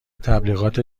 تبلیغات